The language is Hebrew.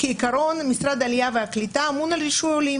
כעיקרון משרד העלייה והקליטה אמון על רישוי עולים